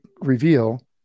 reveal